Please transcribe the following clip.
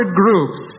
groups